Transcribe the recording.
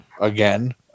again